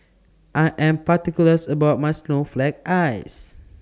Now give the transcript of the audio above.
I Am particulars about My Snowflake Ice